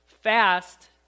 fast